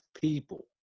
people